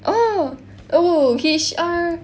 oh oh H_R